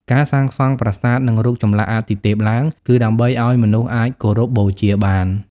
ការសាងសង់ប្រាសាទ និងរូបចម្លាក់អាទិទេពឡើង គឺដើម្បីឱ្យមនុស្សអាចគោរពបូជាបាន។